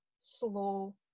slow